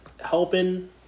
helping